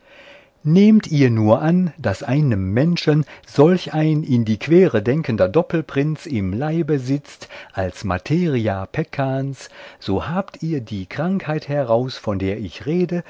nehmt ihr nun an daß einem menschen solch ein in die quere denkender doppelprinz im leibe sitzt als materia peccans so habt ihr die krankheit heraus von der ich rede